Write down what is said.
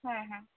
হ্যাঁ হ্যাঁ